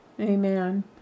Amen